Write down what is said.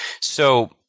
So-